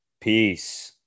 Peace